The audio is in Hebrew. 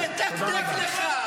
בבקשה.